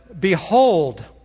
Behold